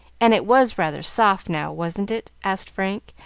and it was rather soft, now wasn't it? asked frank,